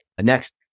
Next